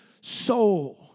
soul